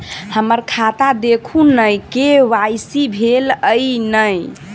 हम्मर खाता देखू नै के.वाई.सी भेल अई नै?